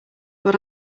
what